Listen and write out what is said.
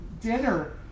dinner